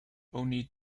only